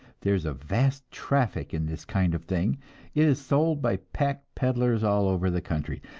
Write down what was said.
there is a vast traffic in this kind of thing it is sold by pack-peddlers all over the country,